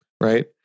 right